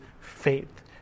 faith